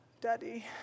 Daddy